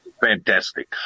fantastic